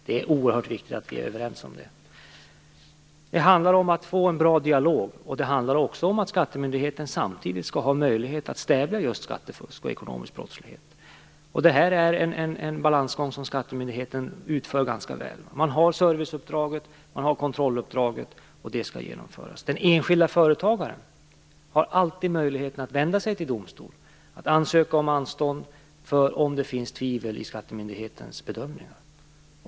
Det är oerhört viktigt att vi är överens om det. Det handlar om att få en bra dialog, och det handlar också om att skattemyndigheten samtidigt skall ha möjlighet att stävja just skattefusk och ekonomisk brottslighet. Det är en balansgång som skattemyndigheten utför ganska väl. Man har service och kontrolluppdraget, och det skall genomföras. Den enskilda företagaren har alltid möjligheten att vända sig till domstol och att ansöka om anstånd om det finns tvivel i skattemyndighetens bedömningar.